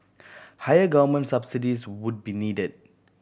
higher government subsidies would be needed